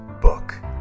book